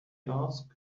asked